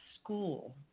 school